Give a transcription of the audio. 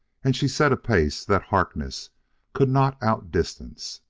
and she set a pace that harkness could not outdistance.